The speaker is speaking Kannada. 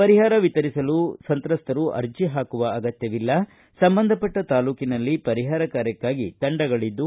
ಪರಿಹಾರ ವಿತರಿಸಲು ಸಂತ್ರಸ್ತರು ಅರ್ಜಿ ಹಾಕುವ ಅಗತ್ತವಿಲ್ಲ ಸಂಬಂಧಪಟ್ಟ ತಾಲೂಕಿನಲ್ಲಿ ಪರಿಹಾರ ಕಾರ್ಯಕ್ಕಾಗಿ ತಂಡಗಳಿದ್ದು